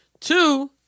Two